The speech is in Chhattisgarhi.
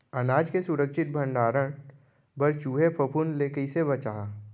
अनाज के सुरक्षित भण्डारण बर चूहे, फफूंद ले कैसे बचाहा?